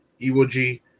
Iwoji